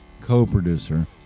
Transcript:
co-producer